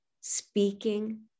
speaking